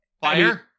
fire